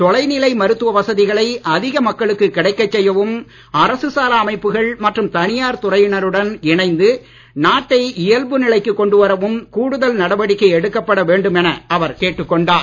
தொலைநிலை மருத்துவ வசதிகளை அதிக மக்களுக்கு கிடைக்கச் செய்யவும் அரசு சாரா அமைப்புகள் மற்றும் தனியார் துறையினருடன் இணைந்து நாட்டை இயல்பு நிலைக்கு கொண்டுவரவும் கூடுதல் நடவடிக்கை எடுக்கப்பட வேண்டும் என அவர் கேட்டுக் கொண்டார்